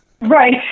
right